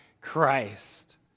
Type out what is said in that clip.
Christ